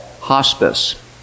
hospice